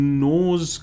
knows